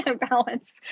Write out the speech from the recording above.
balance